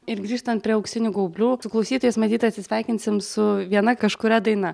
ir grįžtant prie auksinių gaublių su klausytojais matyt atsisveikinsim su viena kažkuria daina